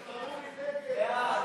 סעיפים 3 4, כהצעת הוועדה,